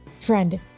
Friend